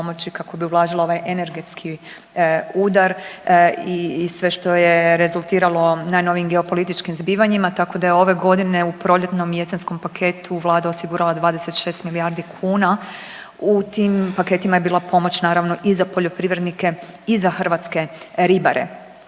kako bi ublažila ovaj energetski udar i sve što je rezultiralo najnovijim geopolitičkim zbivanjima, tako da je ove godine u proljetnom i jesenskom paketu vlada osigurala 26 milijardi kuna. U tim paketima je bila pomoć naravno i za poljoprivrednike i za hrvatske ribare.